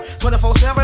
24-7